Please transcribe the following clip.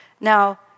Now